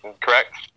correct